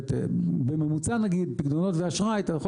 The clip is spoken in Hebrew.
בממוצע נגיד פיקדונות ואשראי אתה יכול